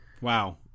Wow